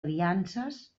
aliances